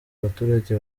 abaturage